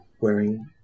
wearing